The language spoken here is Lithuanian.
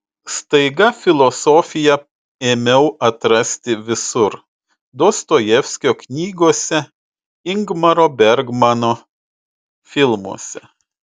staiga filosofiją ėmiau atrasti visur dostojevskio knygose ingmaro bergmano filmuose